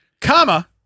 Comma